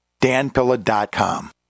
danpilla.com